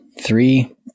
three